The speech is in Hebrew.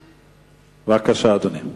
אדוני,